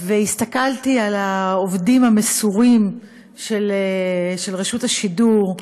והסתכלתי על העובדים המסורים של רשות השידור,